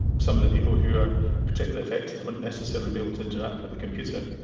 some of the people who are particularly affected wouldn't necessarily be able to interact with a computer.